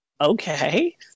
Okay